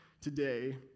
today